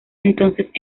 entonces